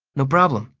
no problem.